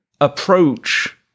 approach